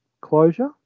closure